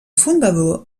fundador